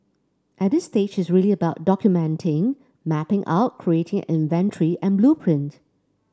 at this stage it's really about documenting mapping out creating an inventory and blueprint